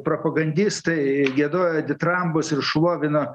propagandistai giedojo ditrambus ir šlovino